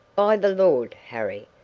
by the lord harry,